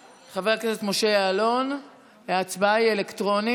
סאלח, בעד, ההצבעה של אימאן ח'טיב יאסין,